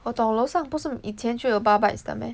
我懂楼上不是以前就有 bar bites 的 meh